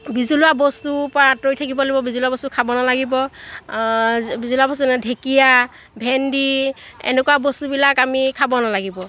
বিজলুৱা বস্তুৰ পৰা আঁতৰি থাকিব লাগিব বিজলুৱা বস্তু খাব নালাগিব বিজলুৱা বস্তু যেনে ঢেঁকীয়া ভেন্দি এনেকুৱা বস্তুবিলাক আমি খাব নালাগিব